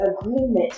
agreement